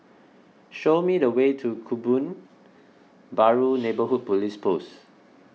show me the way to Kebun Baru Neighbourhood Police Post